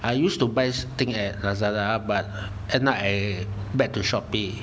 I used to buy thing at Lazada but at now I back to Shopee